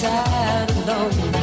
alone